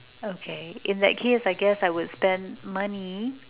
okay in that case I guess I would spend money